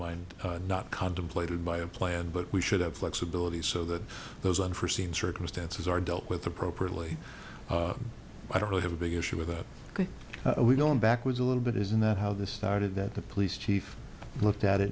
mind not contemplated by a plan but we should have flexibility so that those unforseen circumstances are dealt with appropriately i don't really have a big issue with that because we don't back with a little bit isn't that how this started that the police chief looked at it